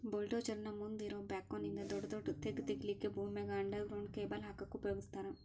bulldozer ನ ಮುಂದ್ ಇರೋ ಬ್ಯಾಕ್ಹೊ ನಿಂದ ದೊಡದೊಡ್ಡ ತೆಗ್ಗ್ ತಗಿಲಿಕ್ಕೆ ಭೂಮ್ಯಾಗ ಅಂಡರ್ ಗ್ರೌಂಡ್ ಕೇಬಲ್ ಹಾಕಕ್ ಉಪಯೋಗಸ್ತಾರ